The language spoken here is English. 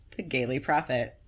thegailyprophet